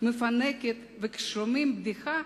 מפנקת./ כששומעים בדיחה,